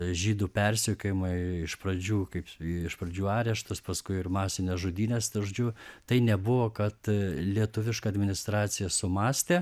žydų persekiojimą iš pradžių kaip iš pradžių areštus paskui ir masines žudynes tai žodžiu tai nebuvo kad lietuviška administracija sumąstė